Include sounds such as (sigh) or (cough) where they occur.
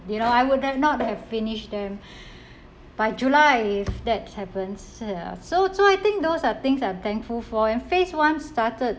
you know I would have not have finished them (breath) by july if that happens ya so so I think those are things I'm thankful for and phase one started